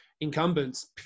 incumbents